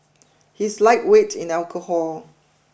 he is lightweight in alcohol